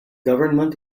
government